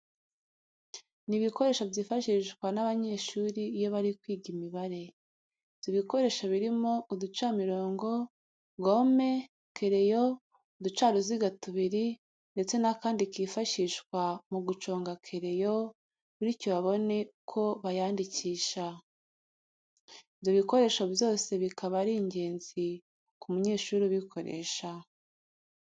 Ni ibikoresho byifashishwa n'abanyeshuri iyo bari kwiga Imibare. ibyo bikoresho birimo uducamirongo, gome, kereyo, uducaruziga tubiri ndetse n'akandi kifashishwa mu guconga kereyo bityo babone uko bayandikisha. Ibyo bikoresho byose bikaba ari ingenzi ku munyeshuri ubikoresha.